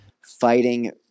fighting